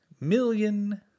million